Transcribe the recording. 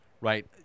Right